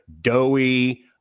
doughy